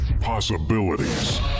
possibilities